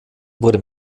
wurde